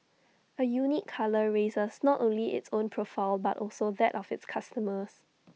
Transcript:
A unique colour raises not only its own profile but also that of its customers